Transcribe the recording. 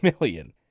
million